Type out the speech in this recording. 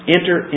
Enter